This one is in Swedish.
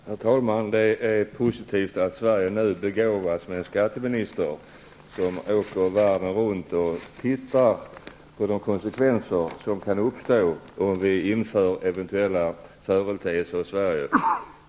Herr talman! Det är positivt att Sverige nu begåvats med en skatteminister som åker världen runt och tittar på de konsekvenser som kan uppstå om vi inför vissa företeelser i Sverige.